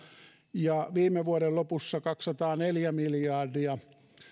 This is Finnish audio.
ja viime vuoden lopussa kaksisataaneljä miljardia